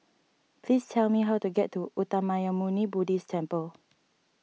please tell me how to get to Uttamayanmuni Buddhist Temple